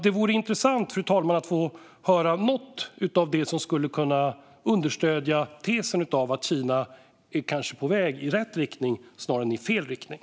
Det vore intressant att få höra om något som skulle kunna understödja tesen att Kina kanske snarare är på väg åt rätt riktning, inte fel riktning.